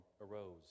arose